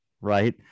right